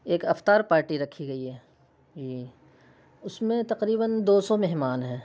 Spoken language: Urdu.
ایک افطار پارٹی رکھی گئی ہے اس میں تقریباً دو سو مہمان ہیں